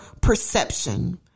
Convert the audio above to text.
perception